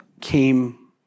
came